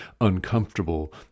uncomfortable